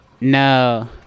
No